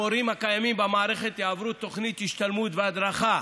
המורים הקיימים במערכת יעברו תוכנית השתלמות והדרכה